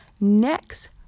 next